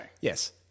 Yes